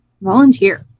volunteer